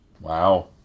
Wow